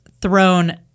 thrown